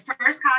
first